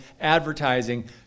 advertising